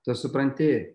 tu supranti